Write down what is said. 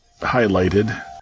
highlighted